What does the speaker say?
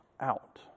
out